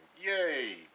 yay